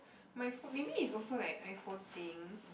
my phone maybe is also like iPhone thing